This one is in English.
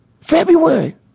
February